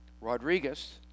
Rodriguez